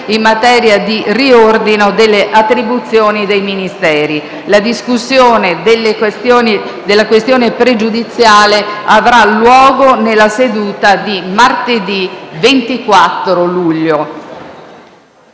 in materia di riordino delle attribuzioni dei Ministeri. La discussione della questione pregiudiziale avrà luogo nella seduta di martedì 24 luglio.